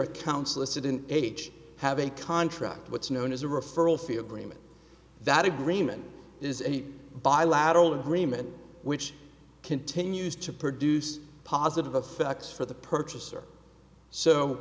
accounts listed in h have a contract what's known as a referral fee agreement that agreement is a bilateral agreement which continues to produce positive affects for the purchaser so